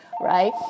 right